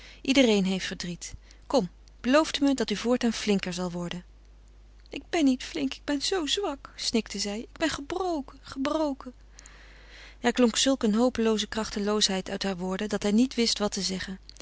iedereen heeft verdriet kom belooft u me dat u voortaan flinker zal worden ik ben niet flink ik ben zoo zwak snikte zij ik ben gebroken gebroken er klonk zulk een hopelooze krachteloosheid uit hare woorden dat hij niet wist wat te zeggen